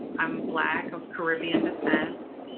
i'm black of caribbean descent.